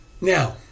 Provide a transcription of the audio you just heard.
Now